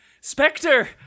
Spectre